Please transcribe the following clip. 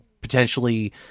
potentially